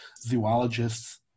zoologists